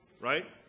right